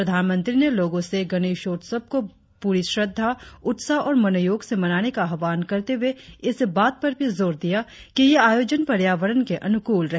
प्रधानमंत्री ने लोगो से गणेशोत्सव को पूरी श्रद्धा उत्साह और मनोयोग से मानने का आह्वान करते हुए इस बात पर भी जोर दिया कि यह आयोजन पर्यावरण के अनुकूल रहे